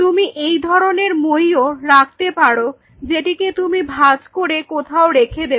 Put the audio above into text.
তুমি এই ধরনের মই ও রাখতে পারো যেটিকে তুমি ভাঁজ করে কোথাও রেখে দেবে